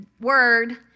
word